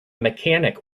mechanic